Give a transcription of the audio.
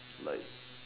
like